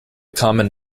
common